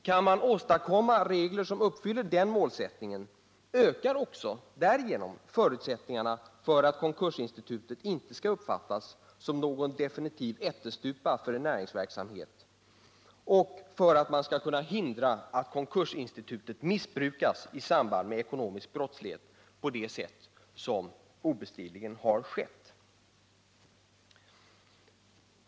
Kan man åstadkomma regler som uppfyller den målsättningen ökar också därigenom förutsättningarna för att konkursinstitutet inte skall uppfattas som någon definitiv ättestupa för en näringsverksamhet och för att man skall kunna hindra att konkursinstitutet missbrukas i samband med ekonomisk brottslighet på det sätt som obestridligen har skett.